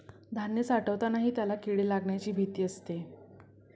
धान्य साठवतानाही त्याला किडे लागण्याची भीती असते